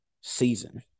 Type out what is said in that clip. season